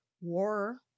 war